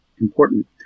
important